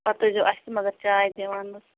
پَتہٕ ٲسۍ زیو اَسہِ تہِ مگر چاے دِوان حظ